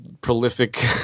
prolific